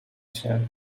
się